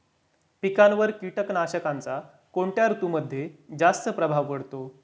पिकांवर कीटकनाशकांचा कोणत्या ऋतूमध्ये जास्त प्रभाव पडतो?